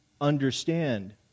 understand